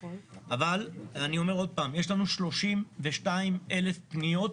יש לנו 32,000 פניות